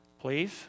Please